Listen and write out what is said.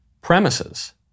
premises